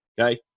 Okay